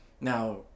Now